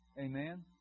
Amen